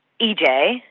EJ